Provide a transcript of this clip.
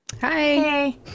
Hi